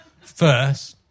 first